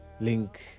link